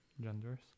genders